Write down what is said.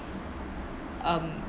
um